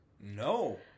No